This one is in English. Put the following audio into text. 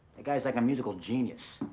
that guy's like a musical genius.